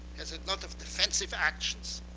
has a lot of defensive actions